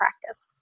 practice